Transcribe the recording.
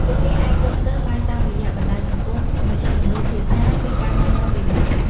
ពួកគេអាចរកសិស្សបានតាមរយៈបណ្ដាញសង្គម មជ្ឈមណ្ឌលភាសា ឬការណែនាំពីមិត្តភក្តិ។